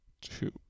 Two